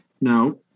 No